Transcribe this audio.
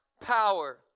Power